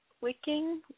Wicking